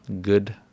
good